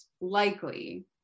likely